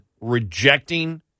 rejecting